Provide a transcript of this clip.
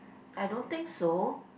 I don't think so